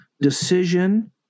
decision